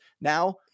Now